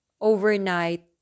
Overnight